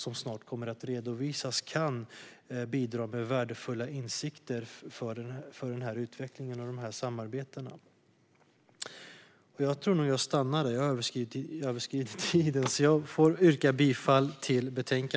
Vi hoppas att det kan bidra med värdefulla insikter för den utvecklingen och de samarbetena.